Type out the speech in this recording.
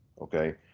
okay